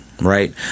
right